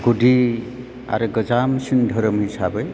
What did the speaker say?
गुदि आरो गोजामसिन धोरोम हिसाबै